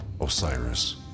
Osiris